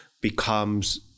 becomes